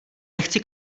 nechci